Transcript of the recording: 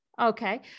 Okay